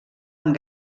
amb